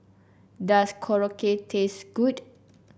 does Korokke taste good